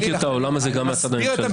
אני קצת מכיר את העולם הזה גם מהצד הממשלתי.